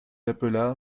appela